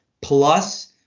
Plus